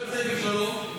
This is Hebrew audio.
חורה ושגב שלום.